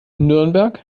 nürnberg